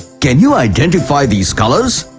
can you identify these colours?